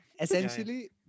Essentially